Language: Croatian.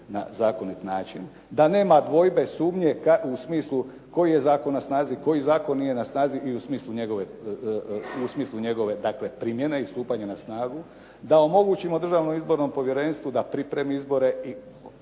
na zakonit način, da nema dvojbe, sumnje u smislu koji je zakon na snazi, koji zakon nije na snazi i u smislu njegove dakle primjene i stupanja na snagu da omogućimo Državnom izbornom povjerenstvu da pripremi izbore i